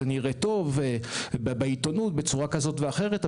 זה נראה טוב בעיתונות בצורה כזאת ואחרת.